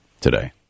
today